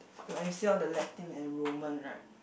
like you see all the Latin and roman right